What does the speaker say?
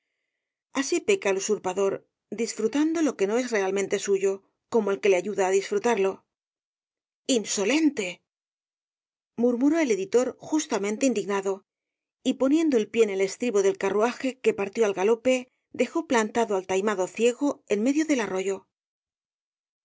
así peca el usurpador disfrutando lo que no es realmente suyo como el que le ayuda á disfrutarlo insolente murmuró el editor justamente indignado y poniendo el pie en el estribo del carruaje que partió al galope dejó plantado al taimado ciego en medio del arroyo